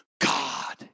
God